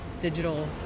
digital